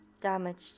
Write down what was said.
damaged